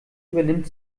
übernimmt